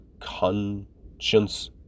conscience